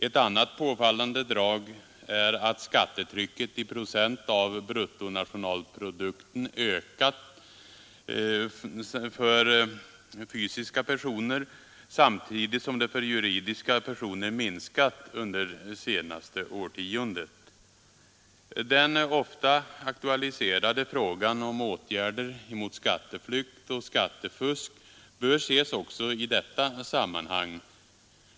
Ett annat påfallande drag är att skattetrycket i procent av bruttonationalprodukten ökat för fysiska personer samtidigt som det för juridiska personer minskat under det senaste årtiondet. Den ofta aktualiserade frågan om åtgärder mot skatteflykt och skattefusk bör ses också i detta perspektiv.